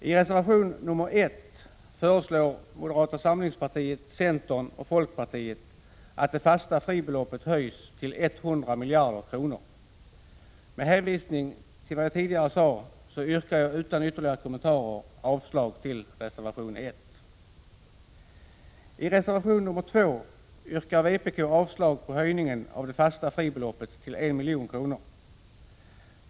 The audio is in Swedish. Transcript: I reservation nr 1 föreslår moderata samlingspartiet, centern och folkpartiet att det fasta fribeloppet höjs till 100 miljarder kronor. Med hänvisning till vad jag tidigare sagt yrkar jag utan ytterligare kommentar avslag på reservation nr 1. I reservation nr 2 yrkar vpk avslag på höjningen av det fasta fribeloppet till 1 milj.kr.